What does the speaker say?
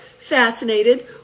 fascinated